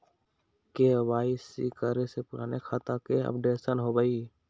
KYC करें से पुराने खाता के अपडेशन होवेई?